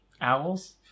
owls